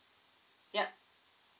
yup